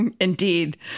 Indeed